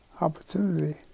opportunity